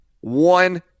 one